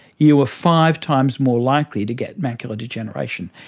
you were five times more likely to get macular degeneration.